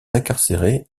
incarcéré